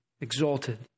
exalted